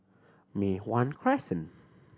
Mei Hwan Crescent